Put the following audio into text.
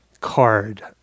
card